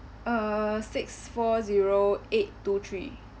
uh six four zero eight two three